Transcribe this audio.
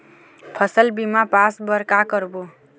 फसल बीमा पास बर का करबो?